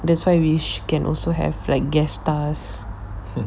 that's why wish can also have like guess stars